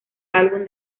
álbum